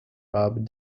rob